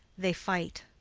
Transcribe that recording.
they fight.